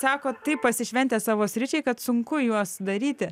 sakot taip pasišventęs savo sričiai kad sunku juos daryti